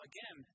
Again